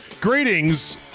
Greetings